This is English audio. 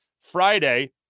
Friday